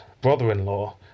brother-in-law